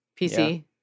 PC